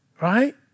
right